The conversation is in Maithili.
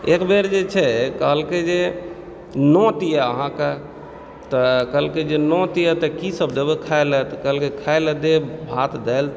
एक बेर जे छै कहलकै जे नोत यए अहाँकेँ तऽ कहलकै जे नोत यए तऽ कीसभ देबह खाइ ले तऽ कहलकै खाइ ले देब भात दालि